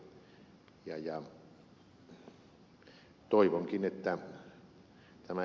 toivonkin että tämä ed